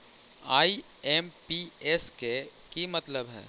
IMPS के कि मतलब है?